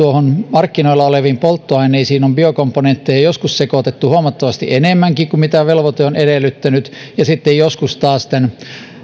markkinoilla oleviin polttoaineisiin on biokomponentteja joskus sekoitettu huomattavasti enemmänkin kuin velvoite on edellyttänyt ja sitten joskus taas tämän